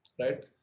right